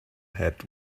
had